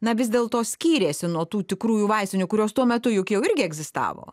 na vis dėlto skyrėsi nuo tų tikrųjų vaistinių kurios tuo metu juk jau irgi egzistavo